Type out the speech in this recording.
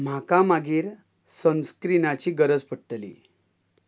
म्हाका मागीर सनस्क्रिनाची गरज पडटली